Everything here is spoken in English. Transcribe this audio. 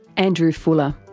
andrew fuller.